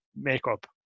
makeup